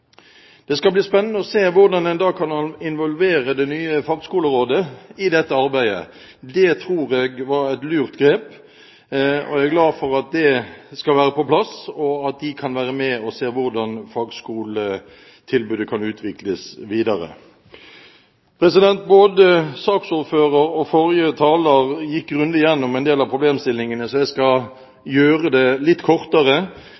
Det skal bli spennende å se hvordan det nye fagskolerådet en dag kan involveres i dette arbeidet. Det tror jeg var et lurt grep. Jeg er glad for at det er på plass, og at rådet kan være med og se på hvordan fagskoletilbudet kan utvikles videre. Både saksordføreren og forrige taler gikk grundig igjennom en del av problemstillingene, så jeg skal gjøre det litt kortere.